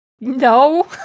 No